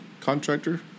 contractor